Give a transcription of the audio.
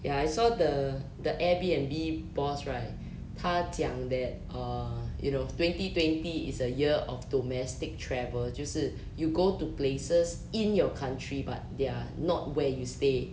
ya I saw the the airbnb boss right 他讲 that err you know twenty twenty is a year of domestic travel 就是 you go to places in your country but they're not where you stay